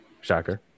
shocker